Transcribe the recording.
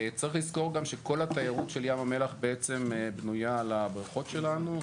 צריך לזכור גם שכל התיירות של ים המלח בעצם בנויה על הבריכות שלנו,